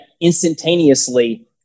instantaneously